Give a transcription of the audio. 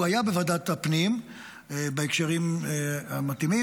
הוא היה בוועדת הפנים בהקשרים המתאימים,